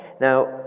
Now